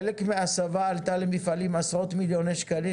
חלק מההסבה עלתה למפעלים עשרות מיליוני שקלים